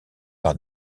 par